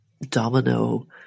domino